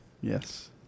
Yes